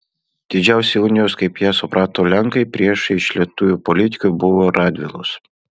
didžiausi unijos kaip ją suprato lenkai priešai iš lietuvių politikų buvo radvilos